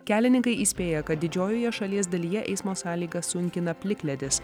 kelininkai įspėja kad didžiojoje šalies dalyje eismo sąlygas sunkina plikledis